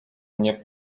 mnie